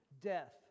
death